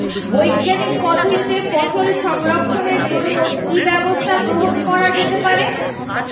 বৈজ্ঞানিক পদ্ধতিতে ফসল সংরক্ষণের জন্য কি ব্যবস্থা গ্রহণ করা যেতে পারে?